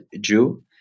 Jew